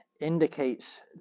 indicates